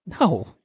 No